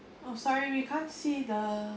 oh sorry we can't see the